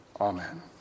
Amen